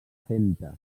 femta